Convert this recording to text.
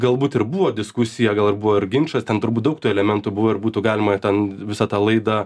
galbūt ir buvo diskusija gal ir buvo ir ginčas ten turbūt daug tų elementų buvo ir būtų galima ten visą tą laidą